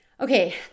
Okay